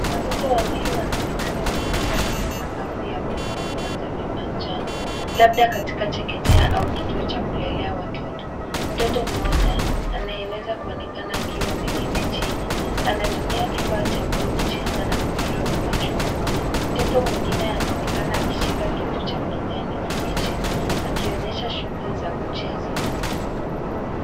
Watoto wawili wanaonekana wakicheza kwenye sakafu ya buluu na viwanja vya manjano, labda katika chekechea au kituo cha kulelea watoto. Mtoto mmoja, anayeweza kuonekana akiwa ameketi chini, anatumia kifaa cha buluu kucheza na mpira wa machungwa. Mtoto mwengine anaonekana akishika kitu cha kijani kibichi, akionyesha shughuli za kucheza.